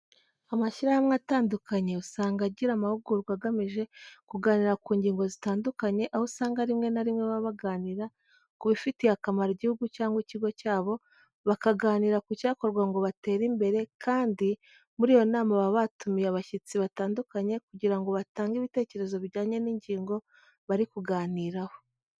Amashyirahamwe atandukanye usanga agira amahugurwa agamije kuganira ku ngingo zitandukanye, aho usanga rimwe na rimwe baba baganira kubifitiye akamaro igihugu cyangwa ikigo cyabo, bakaganira ku cyakorwa ngo batere imbere, kandi muri iyo nama baba batumiye abashyitsi batandukanye kugira ngo batange ibitekerezo bijyanye n'ingingo bari kuganiraho.